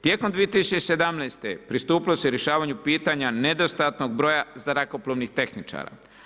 Tijekom 2017. pristupilo se rješavanju pitanja nedostatnog broja zrakoplovnih tehničara.